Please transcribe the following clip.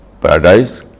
paradise